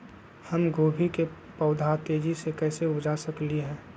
हम गोभी के पौधा तेजी से कैसे उपजा सकली ह?